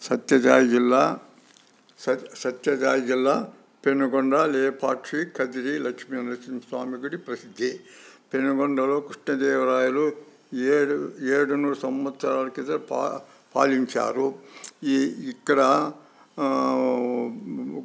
సత్య సాయి జిల్లా సత్ సత్య సాయి జిల్లా పెనుకొండ లేపాక్షి కదిరి లక్ష్మీనరసింహ స్వామి గుడి ప్రసిద్ధి పెనుకొండలో కృష్ణదేవరాయలు ఏడు ఏడు నూరు సంవత్సరాలు కిందట పాల్ పాలించారు ఈ ఇక్కడ